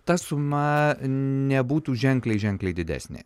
ta suma nebūtų ženkliai ženkliai didesnė